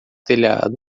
telhado